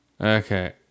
Okay